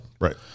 right